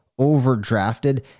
overdrafted